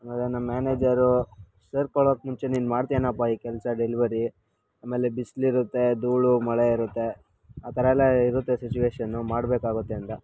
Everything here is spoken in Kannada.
ಆಮೇಲೆ ನಮ್ಮ ಮ್ಯಾನೇಜರು ಸೇರ್ಕೊಳೊಕ್ಕೆ ಮುಂಚೆ ನೀನು ಮಾಡ್ತಿಯೇನಪ್ಪ ಈ ಕೆಲಸ ಡೆಲಿವರಿ ಆಮೇಲೆ ಬಿಸ್ಲು ಇರುತ್ತೆ ಧೂಳು ಮಳೆ ಇರುತ್ತೆ ಆ ಥರ ಎಲ್ಲ ಇರುತ್ತೆ ಸಿಚುಯೇಷನು ಮಾಡಬೇಕಾಗುತ್ತೆ ಅಂದ